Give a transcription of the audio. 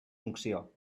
funció